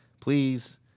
please